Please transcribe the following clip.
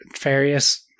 various